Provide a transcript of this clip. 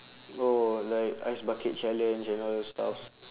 oh like ice bucket challenge and all those stuff